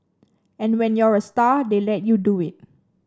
and when you're a star they let you do it